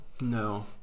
No